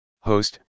Host